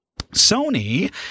Sony